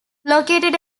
located